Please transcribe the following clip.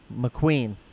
McQueen